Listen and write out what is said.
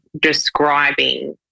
describing